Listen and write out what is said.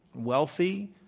wealthy,